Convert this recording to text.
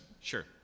sure